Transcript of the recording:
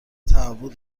تهوع